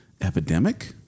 epidemic